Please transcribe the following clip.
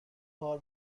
کار